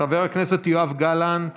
חבר הכנסת יואב גלנט,